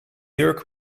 jurk